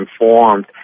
informed